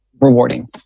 rewarding